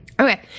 Okay